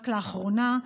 רק לאחרונה,